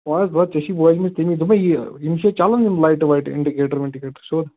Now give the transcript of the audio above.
وَلہٕ حظ وۅنۍ ژےٚ چھُو وننُے ژےٚ نِش مےٚ دوٚپ یہِ یِم چھا چَلان یِم لایٚٹہٕ وایٚٹہٕ انٛڈیکیٹر وِنٛڈکیٹر سیوٚد